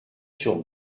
sur